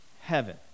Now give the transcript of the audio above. heaven